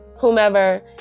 whomever